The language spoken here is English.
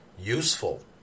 useful